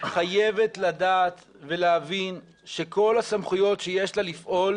חייבת לדעת ולהבין שכל הסמכויות שיש לה לפעול